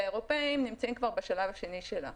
שהאירופאים נמצאים כבר בשלב השני שלה.